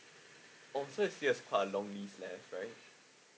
oh so it's still quite a long lease then right